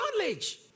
knowledge